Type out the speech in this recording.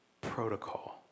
protocol